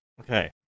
Okay